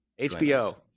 HBO